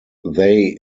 they